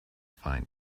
find